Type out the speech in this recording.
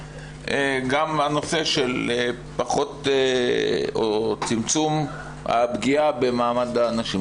גם הנושא של צמצום הפגיעה במעמד הנשים.